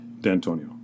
D'Antonio